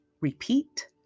repeat